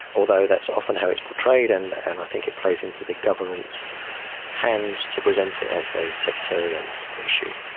although that's often how it's portrayed. and and i think it plays into the government's hands to present it as a sectarian issue,